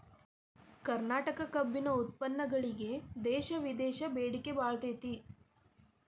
ಕರ್ನಾಟಕ ಕಬ್ಬಿನ ಉತ್ಪನ್ನಗಳಿಗೆ ದೇಶ ವಿದೇಶದಾಗ ಬೇಡಿಕೆ ಬಾಳೈತಿ